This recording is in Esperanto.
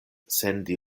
sendi